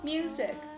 Music